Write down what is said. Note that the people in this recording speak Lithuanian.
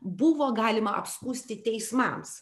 buvo galima apskųsti teismams